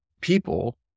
people